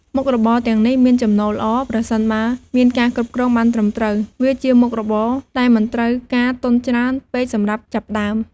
មុខរបរទាំងនេះមានចំណូលល្អ ប្រសិនបើមានការគ្រប់គ្រងបានត្រឹមត្រូវ វាជាមុខរបរដែលមិនត្រូវការទុនច្រើនពេកសម្រាប់ចាប់ផ្ដើម។